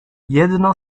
jedno